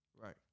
right